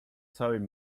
całym